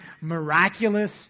miraculous